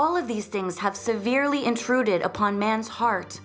all of these things have severely intruded upon man's heart